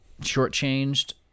shortchanged